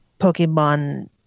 Pokemon